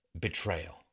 betrayal